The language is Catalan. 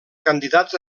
candidats